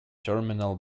terminal